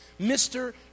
Mr